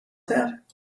that